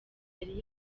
yari